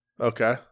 Okay